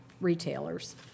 retailers